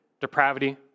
depravity